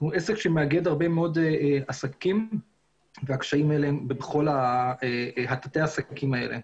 זאת אומרת עסק שמאגד הרבה מאוד עסקים והקשיים האלה בכל תתי העסקים האלה.